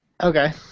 Okay